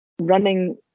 running